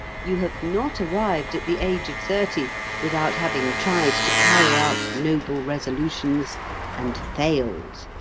you have not arrived at the age of thirty without having tried to carry out noble resolutions and failed.